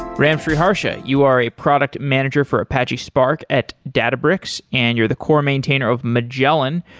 ram sriharsha, you are a product manager for apache spark at databricks and you're the core maintainer of magellan,